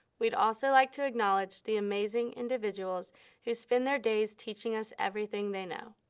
we'd also like to acknowledge the amazing individuals who spend their days teaching us everything they know.